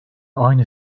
aynı